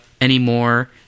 anymore